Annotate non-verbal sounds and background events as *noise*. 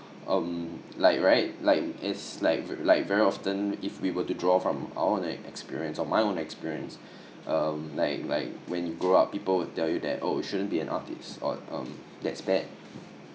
um like right like as like like very often if we were to draw from our own experience or my own experience *breath* um like like when you grow up people will tell you that oh you shouldn't be an artist or um that's bad